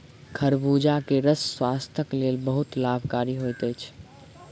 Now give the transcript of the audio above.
खरबूजा के रस स्वास्थक लेल बहुत लाभकारी होइत अछि